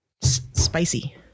Spicy